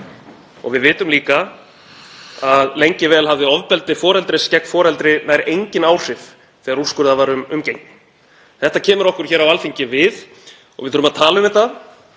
Við vitum líka að lengi vel hafði ofbeldi foreldris gegn foreldri nær engin áhrif þegar úrskurðað var um umgengni. Þetta kemur okkur hér á Alþingi við og við þurfum að tala um þetta,